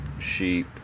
sheep